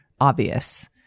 obvious